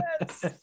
yes